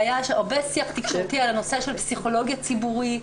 והיה הרבה שיח תקשורתי על הנושא של פסיכולוגיה ציבורית,